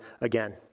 again